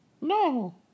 No